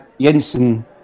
Jensen